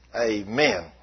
amen